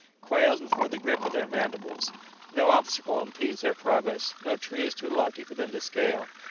quails before the grip of their mandibles no obstacle impedes their progress no tree is too lofty for them to scale,